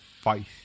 fight